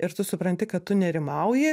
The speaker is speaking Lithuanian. ir tu supranti kad tu nerimauji